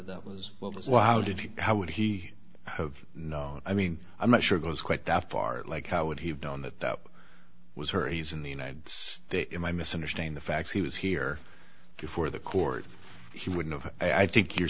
what was wow did you how would he have know i mean i'm not sure goes quite that far like how would he have known that that was her he's in the united states am i misunderstanding the facts he was here before the court he wouldn't have i think you're